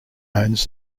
owns